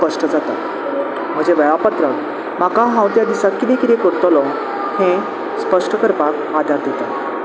स्पश्ट जाता म्हज्या वेळापत्र म्हाका हांव त्या दिसाक किदें किदें करतलो हें स्पश्ट करपाक आदार दिता